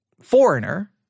foreigner